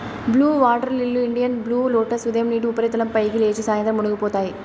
blue water lily, Indian blue lotus ఉదయం నీటి ఉపరితలం పైకి లేచి, సాయంత్రం మునిగిపోతాయి